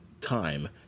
time